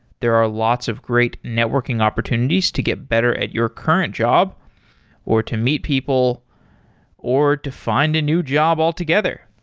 there are lots of great networking opportunities to get better at your current job or to meet people or to find a new job altogether.